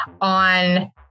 on